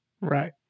Right